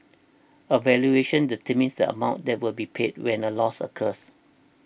a valuation determines amount that will be paid when a loss occurs